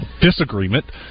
disagreement